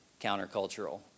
countercultural